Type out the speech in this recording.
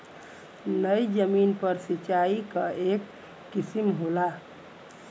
नयी जमीन पर सिंचाई क एक किसिम होला